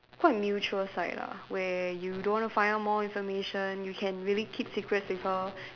quite mutual side lah where you don't want to find out more information you can really keep secrets with her